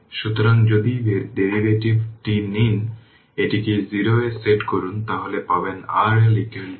সুতরাং যদি ডেরিভেটিভটি নিন এটিকে 0 এ সেট করুন তাহলে পাবেন RL RThevenin